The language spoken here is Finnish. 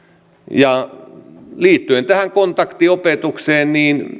ja liittyen tähän kontaktiopetukseen